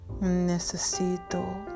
Necesito